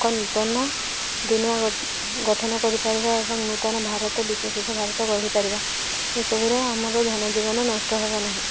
ଏକ ନୂତନ ଦୁନିଆ ଗଠନ କରିପାରିବା ଏବଂ ନୂତନ ଭାରତ ବିକଶିତ ଭାରତ ଗଢ଼ିପାରିବା ଏସବୁରେ ଆମର ଧନ ଜୀବନ ନଷ୍ଟ ହବ ନାହିଁ